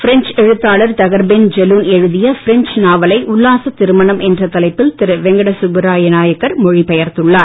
French எழுத்தாளர் Tahar Ben Jelloun எழுதிய French நாவலை உல்லாச திருமணம் என்ற தலைப்பில் திரு வெங்கடசுப்புராய நாயக்கர் மொழி பெயர்த்துள்ளார்